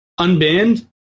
unbanned